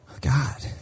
God